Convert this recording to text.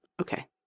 Okay